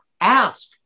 ask